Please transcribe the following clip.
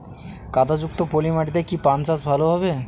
কাদা যুক্ত পলি মাটিতে কি পান চাষ ভালো হবে?